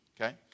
Okay